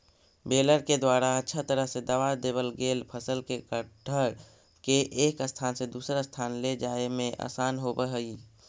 baler के द्वारा अच्छा तरह से दबा देवल गेल फसल के गट्ठर के एक स्थान से दूसर स्थान ले जाए में आसान होवऽ हई